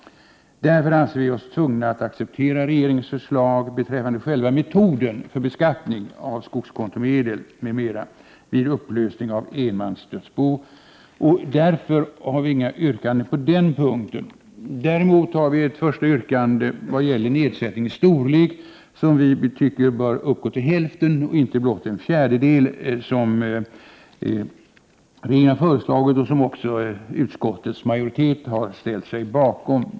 Vi anser oss därför tvungna att acceptera regeringens förslag beträffande själva metoden för beskattning av skogskontomedel m.m. vid upplösning av enmansdödsbo. Vi har av den anledningen inga yrkanden på den punkten. Däremot har vi ett första yrkande vad gäller storleken av nedsättningen av det belopp som skall tas upp till beskattning. Vi tycker att nedsättningen av beloppet bör uppgå till hälften, inte till en fjärdedel, som regeringen har föreslagit och som också utskottets majoritet har ställt sig bakom.